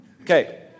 Okay